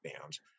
bands